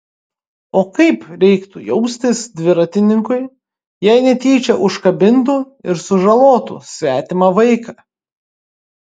o kaip reiktų jaustis dviratininkui jei netyčia užkabintų ir sužalotų svetimą vaiką